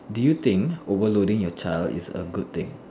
do you think overloading your child is a good thing